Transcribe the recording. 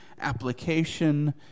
application